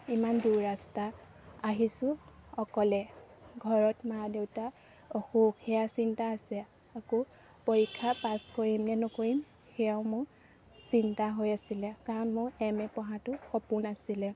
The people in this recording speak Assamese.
ইমান দূৰ ৰাস্তা আহিছোঁ অকলে ঘৰত মা দেউতা অসুখ সেয়া চিন্তা আছে আকৌ পৰীক্ষা পাছ কৰিম নে নকৰিম সেয়াও মোৰ চিন্তা হৈ আছিলে কাৰণ মোৰ এম এ পঢ়াটো সপোন আছিলে